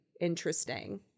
interesting